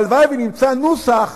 והלוואי שנמצא נוסח